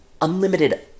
unlimited